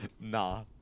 Nah